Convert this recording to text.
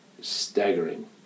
staggering